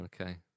Okay